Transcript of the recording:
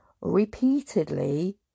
repeatedly